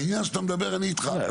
לעניין, כשאתה מדבר, אני איתך.